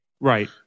Right